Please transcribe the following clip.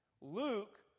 Luke